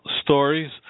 stories